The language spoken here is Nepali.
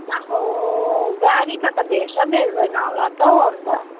ला हो गाडी पो त भेट्छ भेट्दैन होला त हौ अन्त